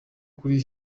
kuri